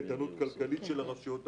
לאיתנות הכלכלית של הרשויות המקומיות".